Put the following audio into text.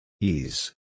Ease